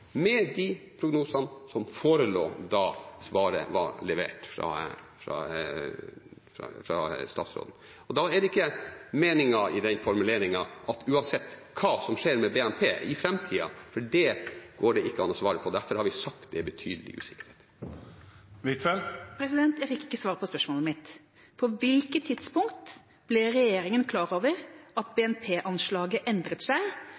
med de prognosene som forelå da svaret var levert fra statsråden. Og da er ikke meningen i den formuleringen: uansett hva som skjer med BNP i framtida. Det går det ikke an å svare på. Derfor har vi sagt at det er «betydelig usikkerhet». Jeg fikk ikke svar på spørsmålet mitt. På hvilket tidspunkt ble regjeringa klar over at BNP-anslaget endret seg,